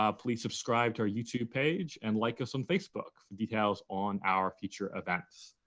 ah please subscribe to our youtube page and like us on facebook for details on our future events.